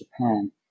Japan